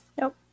Nope